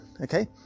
okay